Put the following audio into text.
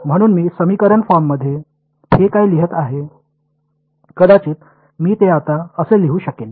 म्हणून मी समीकरण फॉर्ममध्ये हे काय लिहित आहे कदाचित मी ते आता येथे लिहू शकेन